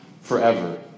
forever